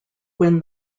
win